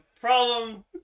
problem